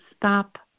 stop